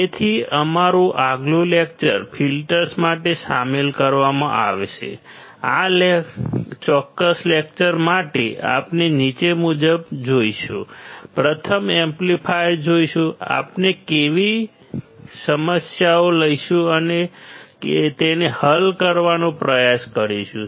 તેથી અમારું આગલું લેકચર ફિલ્ટર્સ માટે શામેલ કરવામાં આવશે આ ચોક્કસ લેકચર માટે આપણે નીચે મુજબ જોઈશું પ્રથમ એમ્પ્લીફાયર્સ જોઈશું આપણે કેટલીક સમસ્યાઓ લઈશું અને આપણે તેને હલ કરવાનો પ્રયાસ કરીશું